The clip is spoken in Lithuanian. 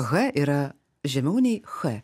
h yra žemiau nei ch